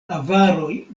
avaroj